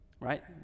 Right